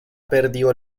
perdió